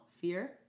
fear